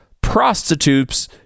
prostitutes